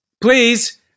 Please